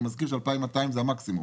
ואני מזכיר ש-2,200 זה המקסימום.